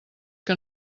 que